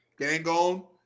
Gangon